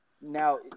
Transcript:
Now